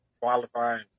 qualifying